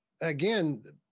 Again